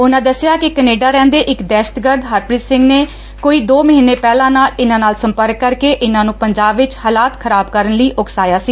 ਉਨਾਂ ਦਸਿਆ ਕਿ ਕੈਨੇਡਾ ਰਹਿਂਦੇ ਇਕ ਦਹਿਸ਼ਤਗਰਦ ਹਰਪੀਤ ਸਿੰਘ ਨੇ ਕੋਈ ਦੋ ਮਹੀਨੇ ਪਹਿਲਾਂ ਇਨਾਂ ਨਾਲ ਸਪੰਰਕ ਕਰਕੇ ਇਨਾਂ ਨੰ ਪੰਜਾਬ ਵਿਚ ਹਾਲਾਤ ਖਰਾਬ ਕਰਨ ਲਈ ਉਕਸਾਇਆ ਸੀ